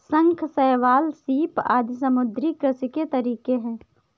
शंख, शैवाल, सीप आदि समुद्री कृषि के तरीके है